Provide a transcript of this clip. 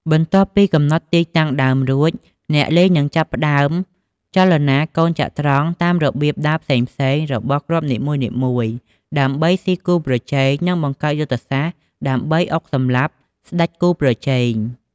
បន្ទាប់ពីកំណត់ទីតាំងដើមរួច អ្នកលេងនឹងចាប់ផ្តើមចលនាកូនចត្រង្គតាមរបៀបដើរផ្សេងៗរបស់គ្រាប់នីមួយៗ ដើម្បីស៊ីគូប្រជែង និងបង្កើតយុទ្ធសាស្ត្រដើម្បីអុកសម្លាប់ស្ដេចគូប្រជែង។